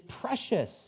precious